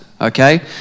Okay